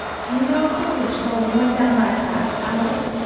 do you know a cottage called the one down by platt's, albert?